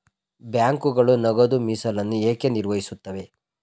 ಬ್ಯಾಂಕುಗಳು ನಗದು ಮೀಸಲನ್ನು ಏಕೆ ನಿರ್ವಹಿಸುತ್ತವೆ?